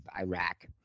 Iraq